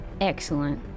Excellent